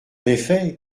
effet